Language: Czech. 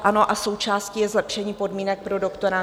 Ano, a součástí je zlepšení podmínek pro doktorandy.